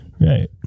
Right